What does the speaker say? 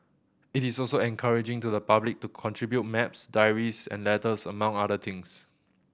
it is also encouraging to the public to contribute maps diaries and letters among other things